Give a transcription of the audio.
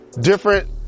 different